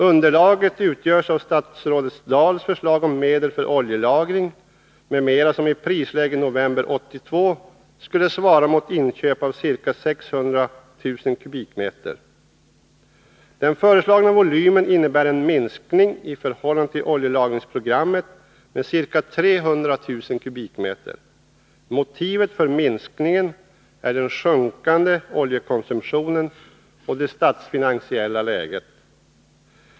Underlaget utgörs av statsrådet Dahls förslag om medel för oljelagring m.m. som i prisläget i november 1982 skulle svara mot inköp av ca 600 000 m? olja. Den föreslagna volymen innebär en minskning i förhållande till oljelagringsprogrammet med ca 300 000 m?. Motivet för minskningen är den sjunkande oljekonsumtionen och det statsfinansiella läget.